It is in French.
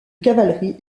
cavalerie